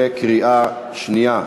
בקריאה שנייה,